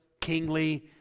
kingly